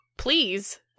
Please